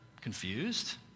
confused